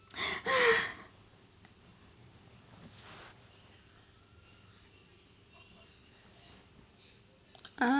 uh